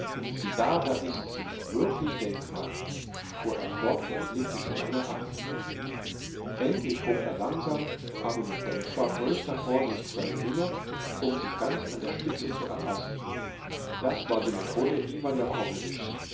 sieh da da ist sie wirklich denk mal fuhr er fort und blickte sie lange an endlich erhob er langsam aber mit denkbar größter vorsicht zwei finger um sie ganz an der spitze zu erfassen das war die methode iwan